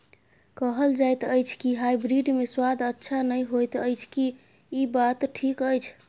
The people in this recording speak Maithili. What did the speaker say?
कहल जायत अछि की हाइब्रिड मे स्वाद अच्छा नही होयत अछि, की इ बात ठीक अछि?